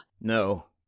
No